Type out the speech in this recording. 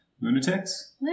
Lunatics